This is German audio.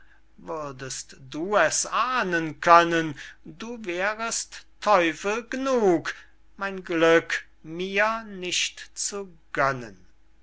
würdest du es ahnden können du wärest teufel g'nug mein glück mir nicht zu gönnen